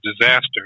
disaster